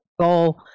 goal